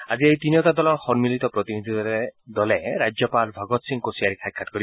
আজি এই তিনিওটা দলৰ সন্মিলিত প্ৰতিনিধি দলে ৰাজ্যপাল ভগৎসিং কোচিয়াৰিক সাক্ষাৎ কৰিব